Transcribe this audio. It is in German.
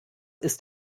ist